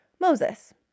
Moses